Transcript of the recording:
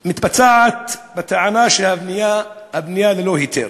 מתבצעת בטענה שהבנייה נעשתה